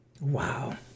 Wow